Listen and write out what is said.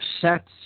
sets